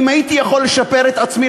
אם הייתי יכול לשפר את עצמי,